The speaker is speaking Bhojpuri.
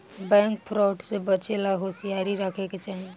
बैंक फ्रॉड से बचे ला होसियारी राखे के चाही